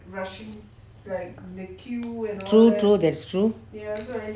true true that's true